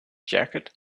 jacket